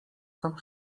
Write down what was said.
sam